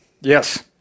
yes